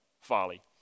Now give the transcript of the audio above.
folly